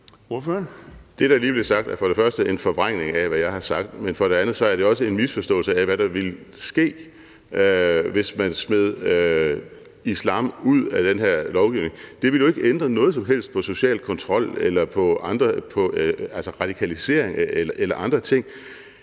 sagt, er for det første en forvrængning af, hvad jeg har sagt. For det andet er det også en misforståelse af, hvad der ville ske, hvis man smed islam ud af den her lovgivning. Det ville jo ikke ændre noget som helst med hensyn til social kontrol, radikalisering eller andre ting.